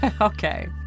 Okay